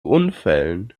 unfällen